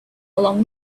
along